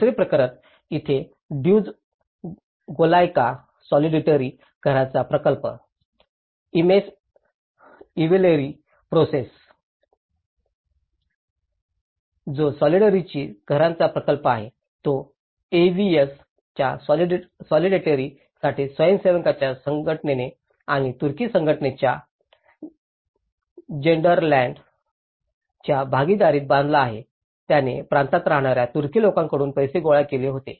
दुसरे प्रकरण इथं ड्यूज गोल्याका सॉलिडॅरिटी घरांचा प्रकल्प इमेस इव्हलेरी प्रोजेसी जो सॉलिडॅरिटी घरांचा प्रकल्प आहे तो एव्हीएसच्या सॉलिडॅरिटी साठी स्वयंसेवकांच्या संघटनेने आणि तुर्की संघटनेच्या गेल्डरलँड एडच्या भागीदारीत बांधला होता ज्याने प्रांतात राहणाऱ्या तुर्की लोकांकडून पैसे गोळा केले होते